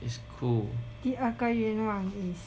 第二个愿望 is